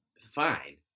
fine